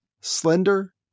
Slender